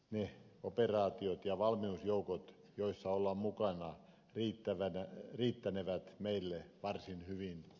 ne operaatiot ja valmiusjoukot joissa olemme mukana riittänevät meille varsin hyvin